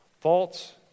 faults